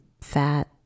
fat